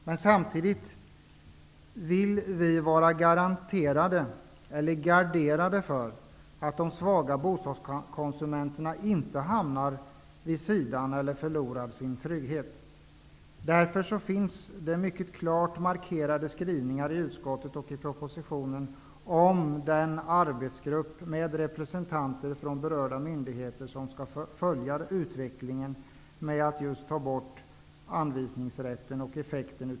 Men samtidigt vill vi gardera de svaga bostadskonsumenterna från att hanma vid sidan av eller att förlora sin trygghet. Därför finns det mycket klart markerade skrivningar i utskottsbetänkandet och i propositionen angående den arbetsgrupp med representanter från berörda myndigheter som skall följa utvecklingen av effekterna av att anvisningsrätten tas bort.